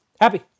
Happy